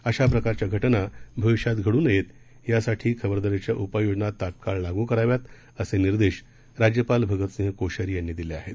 अशाप्रकारच्याघटनाभविष्यातघडूनयेयासाठीखबरदारीच्याउपाययोजनातात्काळलागूकराव्यात असेनिर्देशराज्यपालभगतसिंहकोश्यारीयांनीदिलेआहेत